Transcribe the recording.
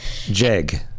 Jeg